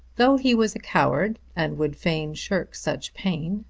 though he was a coward and would fain shirk such pain,